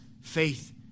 faith